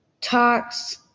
Talks